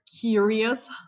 curious